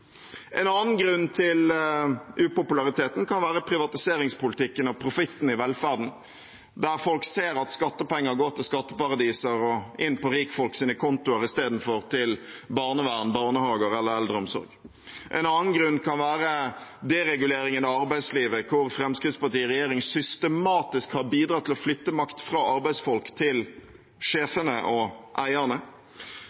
En annen grunn til upopulariteten kan være privatiseringspolitikken av profitten i velferden, der folk ser at skattepenger går til skatteparadiser og inn på rikfolks kontoer istedenfor til barnevern, barnehager eller eldreomsorg. En annen grunn kan være dereguleringen av arbeidslivet, hvor Fremskrittspartiet i regjering systematisk har bidratt til å flytte makt fra arbeidsfolk til